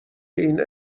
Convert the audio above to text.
این